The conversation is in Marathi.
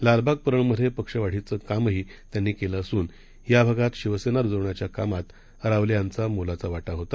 लालबाग परळमध्येपक्षवाढीचेकामहीत्यांनीकेलेअसूनयाभागांतशिवसेनारुजवण्याच्याकामातरावलेयांचामोलाचावाटाहोता